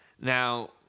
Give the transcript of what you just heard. Now